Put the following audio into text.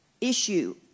issue